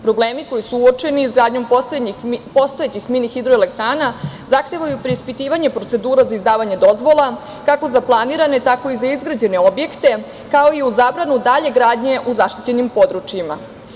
Problemi koji su uočeni izgradnjom postojećih mini hidroelektrana zahtevaju preispitivanje procedura za izdavanje dozvola kako za planirane, tako i za izgrađene objekte, kao i zabranu dalje gradnje u zaštićenim područjima.